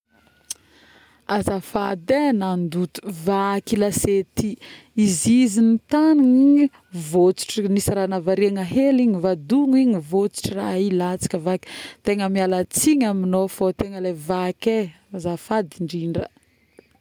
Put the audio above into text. azafady e nandoto, vaky lasety izy izy nitagnina igny votsotro, nisy raha navariagna hely vadogna igny votsotro raha iy latsaka vaky, tegna mialatsigny aminao fô tegna le vaky e, azafady indrindra